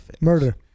Murder